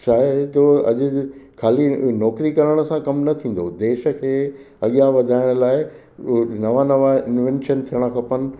छा आहे थो अॼु जे ख़ाली नौकिरी करण सां कम न थींदो देश खे अॻियां वधाइण लाइ नवा नवा इंवैंशन थियणु खपनि